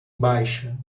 baixa